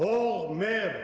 oh man